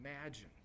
imagine